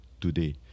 today